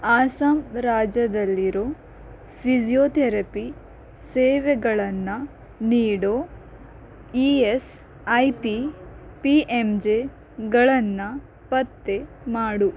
ಅಸ್ಸಾಂ ರಾಜ್ಯದಲ್ಲಿರೋ physiotherapy ಸೇವೆಗಳನ್ನ ನೀಡೋ E S I P P M ಜೆಗಳನ್ನು ಪತ್ತೆ ಮಾಡು